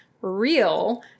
Real